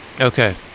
Okay